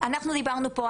אנחנו דיברנו פה,